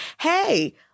hey